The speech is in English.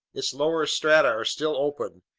its lower strata are still open,